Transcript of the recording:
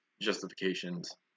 justifications